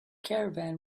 caravan